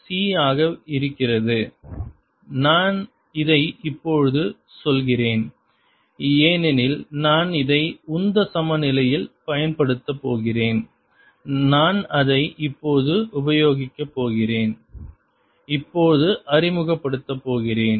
S10EB Su c நான் இதை இப்பொழுது சொல்கிறேன் ஏனெனில் நான் இதை உந்த சமநிலையில் பயன்படுத்தப் போகிறேன் நான் அதை இப்பொழுது உபயோகிக்க போகிறேன் இப்பொழுது அறிமுகப்படுத்தப் போகிறேன்